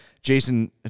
Jason